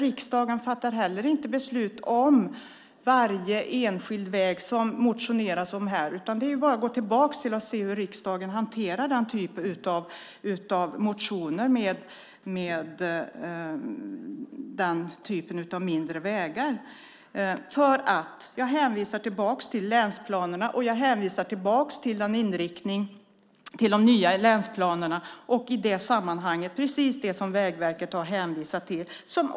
Riksdagen fattar heller inte beslut om varje enskild väg som motioneras om här. Det är bara att gå tillbaka och se hur riksdagen hanterar den typen av motioner om den typen av mindre vägar. Jag hänvisar tillbaka till länsplanerna, inriktningen i de nya länsplanerna och i det sammanhanget till det Vägverket hänvisat till.